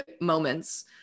moments